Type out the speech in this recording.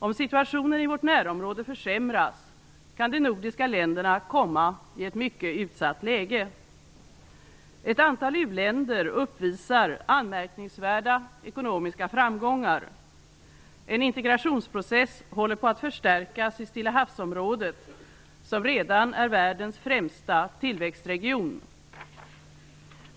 Om situationen i vårt närområde försämras kan de nordiska länderna komma i ett mycket utsatt läge. Ett antal u-länder uppvisar anmärkningsvärda ekonomiska framgångar. En integrationsprocess håller på att förstärkas i Stilla havs-området, som redan är världens främsta tillväxtregion.